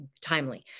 timely